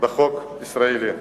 בחוק הישראלי.